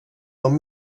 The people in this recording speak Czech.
tom